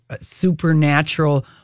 supernatural